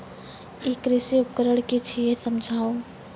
ई कृषि उपकरण कि छियै समझाऊ?